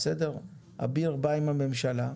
אביר בא עם הממשלה,